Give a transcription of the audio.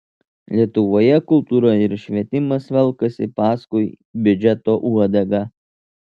lietuvoje kultūra ir švietimas velkasi paskui biudžeto uodegą